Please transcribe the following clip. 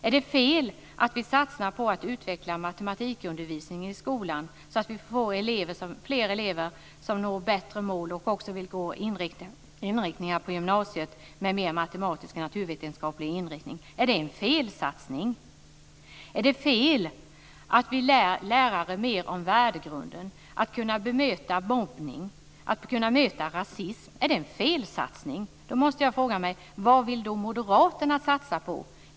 Är det fel att vi satsar på att utveckla matematikundervisningen i skolan så att vi får fler elever som når högre mål och också på gymnasiet vill gå inriktningar med mer matematik och naturvetenskap? Är det en felsatsning? Är det fel att vi lär lärare mer om värdegrunden för att kunna bemöta mobbning och rasism? Är det en felsatsning? Då måste jag fråga: Vad vill moderaterna satsa på?